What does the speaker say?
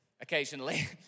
occasionally